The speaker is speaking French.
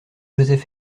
joseph